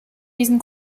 diesen